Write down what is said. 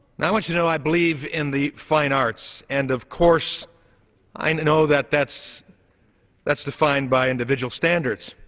and i want you to know i believe in the fine arts and of course i know that that's that's defined by individual standards.